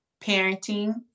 parenting